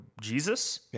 Jesus